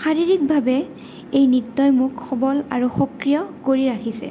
শাৰীৰিকভাৱে এই নৃত্যই মোক সবল আৰু সক্ৰিয় কৰি ৰাখিছে